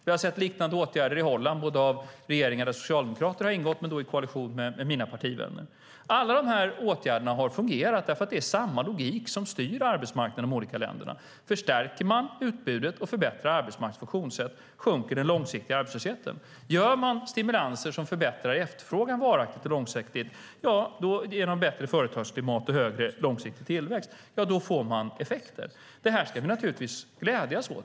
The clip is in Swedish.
Vi har sett liknande åtgärder i Holland av regeringar där socialdemokrater har ingått, men då i koalition med mina partivänner. Alla de här åtgärderna har fungerat, därför att det är samma logik som styr arbetsmarknaden i de olika länderna. Förstärker man utbudet och förbättrar arbetsmarknadens funktionssätt sjunker den långsiktiga arbetslösheten. Gör man stimulanser som förbättrar efterfrågan varaktigt och långsiktigt genom bättre företagsklimat och högre långsiktig tillväxt, ja, då får man effekter. Det här ska vi naturligtvis glädjas åt.